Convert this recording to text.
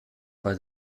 bei